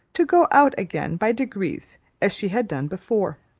to go out again by degrees as she had done before.